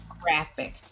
Graphic